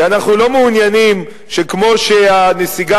כי אנחנו לא מעוניינים שכמו שהנסיגה